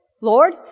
Lord